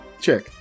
check